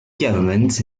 government